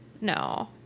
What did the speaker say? no